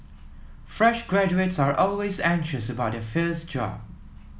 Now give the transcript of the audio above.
fresh graduates are always anxious about their first job